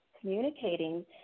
communicating